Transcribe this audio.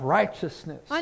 righteousness